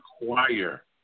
require